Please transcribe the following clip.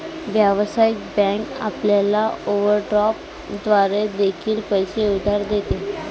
व्यावसायिक बँक आपल्याला ओव्हरड्राफ्ट द्वारे देखील पैसे उधार देते